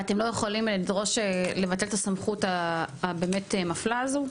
ואתם לא יכולים לדרוש לבטל את הסמכות הבאמת מפלה הזאת?